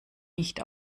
nicht